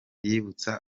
yibutsa